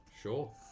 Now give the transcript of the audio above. Sure